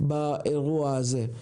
באירוע הזה.